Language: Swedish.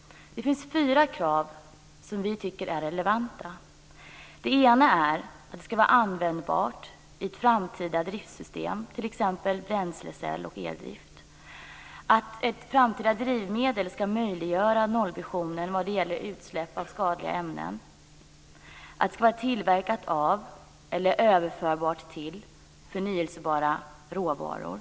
Det finns fyra krav som vi tycker är relevanta. Det första är att det ska vara användbart i ett framtida driftsystem, t.ex. bränslecell och eldrift. Det andra är att ett framtida drivmedel ska möjliggöra nollvisionen när det gäller utsläpp av skadliga ämnen. Det tredje är att det ska vara tillverkat av eller överförbart till förnyelsebara råvaror.